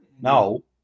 No